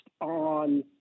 on